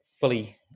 fully